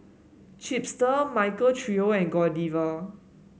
Chipster Michael Trio and Godiva